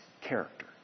character